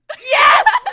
Yes